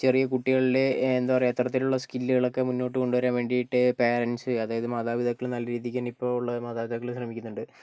ചെറിയ കുട്ടികളിലെ എന്താ പറയുക ഇത്തരത്തിലുള്ള സ്കില്ലുകളൊക്കെ മുന്നോട്ട് കൊണ്ട് വരാൻ വേണ്ടിയിട്ട് പാരൻസ് അതായത് മാതാപിതാക്കള് നല്ല രീതിക്ക് തന്നെ ഇപ്പോൾ ഉള്ള മാതാപിതാക്കള് ശ്രമിക്കുന്നുണ്ട്